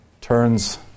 turns